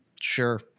sure